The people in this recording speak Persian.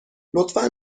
لطفا